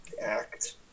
act